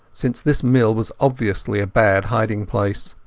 since this mill was obviously a bad hiding-place.